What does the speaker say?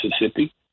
Mississippi